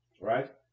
Right